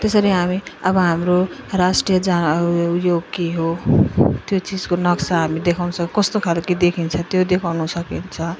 त्यसरी हामी अब हाम्रो राष्ट्रिय जहाँ उयो के हो त्यो चिजको नक्सा हामी देखाउँछ कस्तो खाले देखिन्छ त्यो देखाउनु सकिन्छ